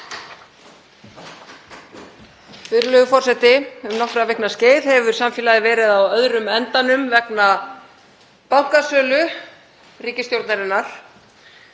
Virðulegur forseti. Um nokkra vikna skeið hefur samfélagið verið á öðrum endanum vegna bankasölu ríkisstjórnarinnar.